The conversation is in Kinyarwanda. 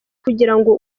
kugirango